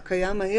אני אומר